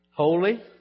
Holy